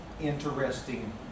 interesting